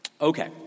Okay